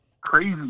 crazy